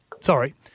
Sorry